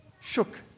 shook